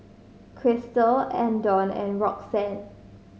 Christel Andon and Roxann